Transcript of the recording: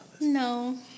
no